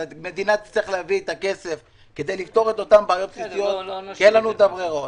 והמדינה תצטרך להביא את הכסף כדי לפתור את אותן בעיות כי לא תהיה ברירה.